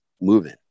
moving